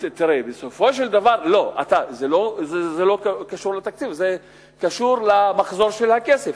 זה לא קשור לתקציב, זה קשור למחזור של הכסף.